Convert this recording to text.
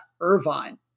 Irvine